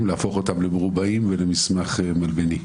ולהפוך אותם למרובעים ולמסמך מלבני?